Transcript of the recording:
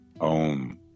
Om